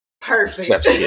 perfect